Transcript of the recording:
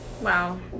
Wow